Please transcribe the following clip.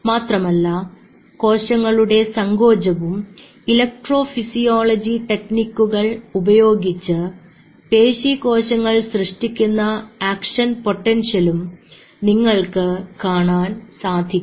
മാത്രമല്ല കോശങ്ങളുടെ സങ്കോചവും ഇലക്ട്രോഫിസിയോളജി ടെക്നിക്കുകൾ ഉപയോഗിച്ച് പേശി കോശങ്ങൾ സൃഷ്ടിക്കുന്ന ആക്ഷൻ പൊട്ടൻഷ്യൽ ഉം നിങ്ങൾക്ക് കാണാൻ സാധിക്കണം